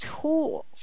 tools